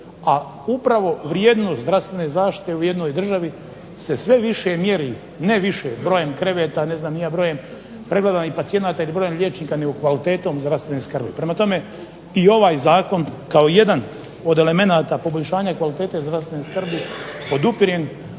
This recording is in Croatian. vrijednost zdravstvene zaštite u jednoj državi se sve više mjeri ne više brojem kreveta, ne znam ni ja, brojem pregledanih pacijenata ili brojem liječnika nego kvalitetom zdravstvene skrbi. Prema tome i ovaj zakon kao jedan od elemenata poboljšanja i kvalitete zdravstvene skrbi podupirem